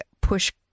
push